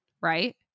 Right